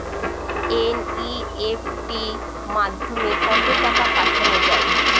NEFT মাধ্যমে কত টাকা পাঠানো যায়?